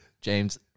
James